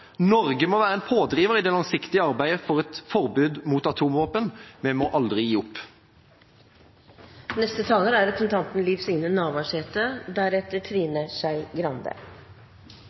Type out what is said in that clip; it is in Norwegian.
Norge må være en pådriver i det langsiktige arbeidet for et forbud mot atomvåpen – vi må aldri gi